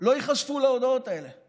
לא ייחשפו להודעות האלה.